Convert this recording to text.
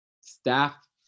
staff